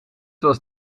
was